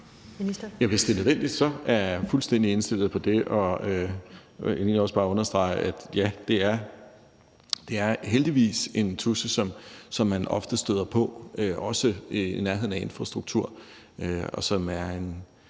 Hvis det er nødvendigt, er jeg fuldstændig indstillet på det. Og jeg vil egentlig også bare understrege, at ja, det er heldigvis en tudse, som man ofte støder på, også i nærheden af infrastruktur.